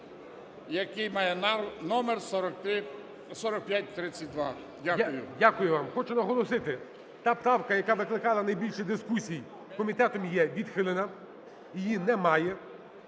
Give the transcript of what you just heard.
який має номер 4532. Дякую. ГОЛОВУЮЧИЙ. Дякую вам. Хочу наголосити: та правка, яка викликала найбільше дискусій, комітетом є відхилена, її немає.